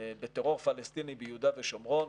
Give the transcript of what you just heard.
בטרור פלסטיני ביהודה ושומרון,